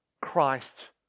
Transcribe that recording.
Christ